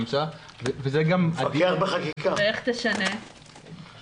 דיון מהיר בנושא: "אבטלת צעירים ושחרור חסמי כניסה לצעירים בשוק העבודה".